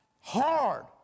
hard